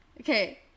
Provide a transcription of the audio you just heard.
Okay